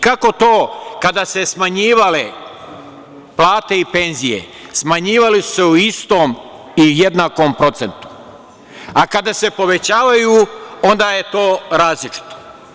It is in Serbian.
Kako to, kada su se smanjivale plate i penzije, smanjivale su se u istom i jednakom procentu, a kada se povećavaju, onda je to različito?